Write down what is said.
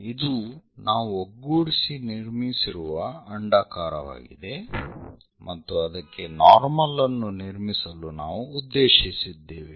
ಇದು ನಾವು ಒಗ್ಗೂಡಿಸಿ ನಿರ್ಮಿಸಿರುವ ಅಂಡಾಕಾರವಾಗಿದೆ ಮತ್ತು ಅದಕ್ಕೆ ನಾರ್ಮಲ್ ಅನ್ನು ನಿರ್ಮಿಸಲು ನಾವು ಉದ್ದೇಶಿಸಿದ್ದೇವೆ